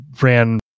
ran